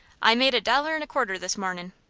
i've made a dollar and a quarter this mornin'.